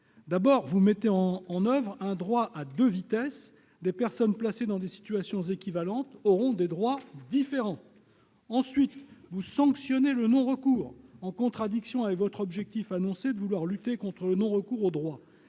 D'abord, vous mettez en oeuvre un droit à deux vitesses : des personnes placées dans des situations équivalentes auront des droits différents. Ensuite, vous sanctionnez le non-recours, en contradiction avec l'objectif que vous avez annoncé de lutter contre le non-recours aux droits.